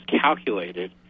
calculated